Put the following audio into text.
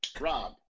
Rob